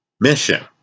mission